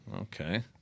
Okay